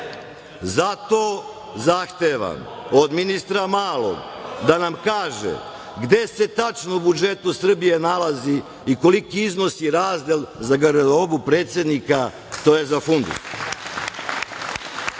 zahtevam od ministra Malog da nam kaže gde se tačno u budžetu Srbije nalazi i koliki iznos i razdeo za garderobu predsednika, tj. za fundus?